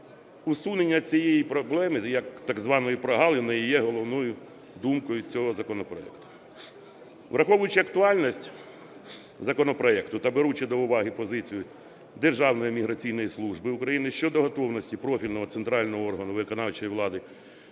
Усунення цієї проблеми як так званої прогалини і є головною думкою цього законопроекту. Враховуючи актуальність законопроекту та беручи до уваги позицію Державної міграційної служби України щодо готовності профільного центрального органу виконавчої влади